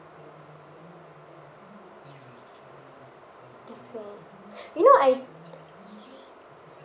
I see you know I